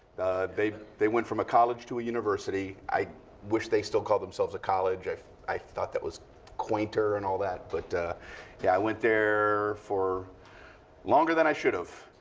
they they went from a college to a university. i wish they still call themselves a college. i thought that was quainter and all that. but yeah, i went there for longer than i should have.